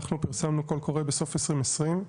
אנחנו פרסמנו קול קורא בסוף 2020,